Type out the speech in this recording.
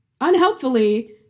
unhelpfully